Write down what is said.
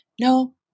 No